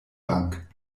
bank